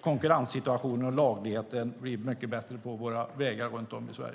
konkurrenssituationen och lagligheten blir mycket bättre på våra vägar runt om i Sverige.